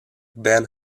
band